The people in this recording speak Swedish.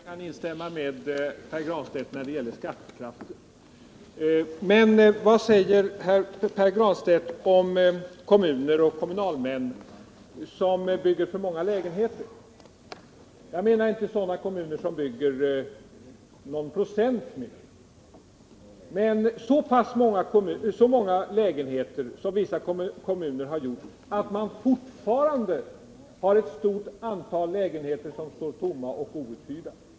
Herr talman! Jag kan instämma med Pär Granstedt när det gäller skattekraften. Men vad säger Pär Granstedt om kommuner som bygger för många lägenheter? Jag menar inte sådana kommuner som bygger någon procent för mycket. Jag tänker på kommuner som byggt så många lägenheter att fortfarande ett stort antal lägenheter står tomma och out hyrda.